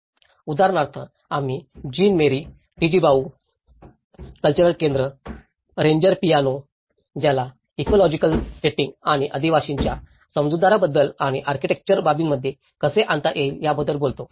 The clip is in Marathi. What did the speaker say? उदाहरणार्थ आम्ही जीन मेरी टिजीबाऊ कल्चरल केंद्र रेंजर पियानो ज्याला इकोलॉजिकल सेटिंग आणि आदिवासींच्या समजूतदारपणाबद्दल आणि आर्किटेक्चरल बाबींमध्ये कसे आणता येईल याबद्दल बोललो